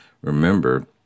remember